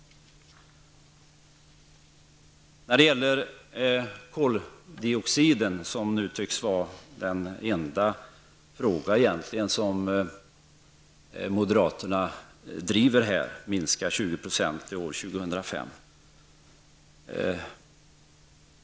När det gäller koldioxiden tycks det vara den enda fråga som moderaterna egentligen driver här. Man vill minska utsläppen med 20 % till år 2005.